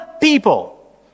people